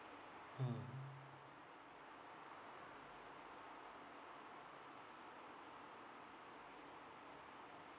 mm